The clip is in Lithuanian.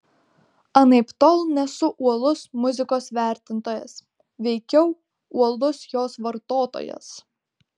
anaiptol nesu uolus muzikos vertintojas veikiau uolus jos vartotojas